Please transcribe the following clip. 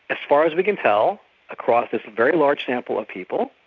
as far as we can tell across this very large sample of people,